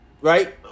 Right